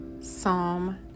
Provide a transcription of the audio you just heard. Psalm